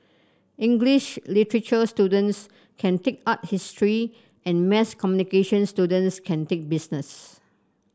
English literature students can take art history and mass communication students can take business